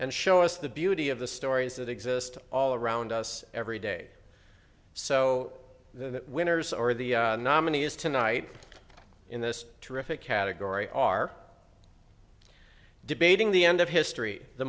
and show us the beauty of the stories that exist all around us every day so the winners or the nominees tonight in this terrific category are debating the end of history the